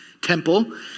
temple